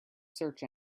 search